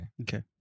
Okay